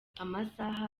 amasaha